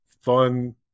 fun